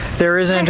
there isn't.